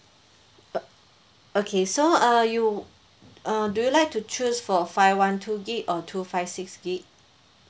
uh okay so uh you uh do you like to choose for five one two gig or two five six gig